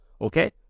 okay